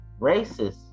racist